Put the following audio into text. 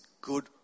good